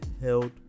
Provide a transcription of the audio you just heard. held